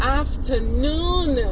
afternoon